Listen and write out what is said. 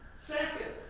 second,